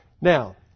Now